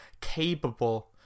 capable